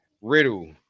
Riddle